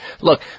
Look